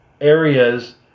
areas